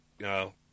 no